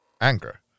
anger